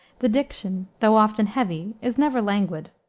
the diction, though often heavy, is never languid.